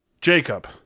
Jacob